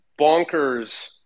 bonkers